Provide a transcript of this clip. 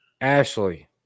Ashley